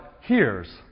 hears